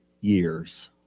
years